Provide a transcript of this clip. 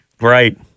Right